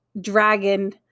dragon